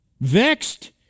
vexed